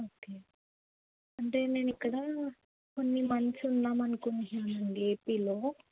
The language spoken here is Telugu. ఓకే అంటే మేమిక్కడ కొన్ని మంత్స్ ఉందామనుకుంటున్నామండి ఏపిలో